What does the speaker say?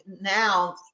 now